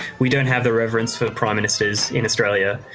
we don't have the reverence for prime ministers in australia.